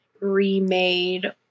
remade